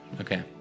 Okay